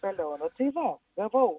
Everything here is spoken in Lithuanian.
toliau tai va gavau